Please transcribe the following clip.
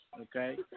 okay